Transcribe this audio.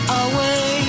away